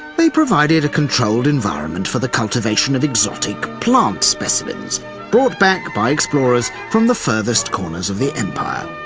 they provided a controlled environment for the cultivation of exotic plant specimens brought back by explorers from the furthest corners of the empire.